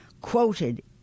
quoted